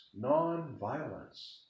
nonviolence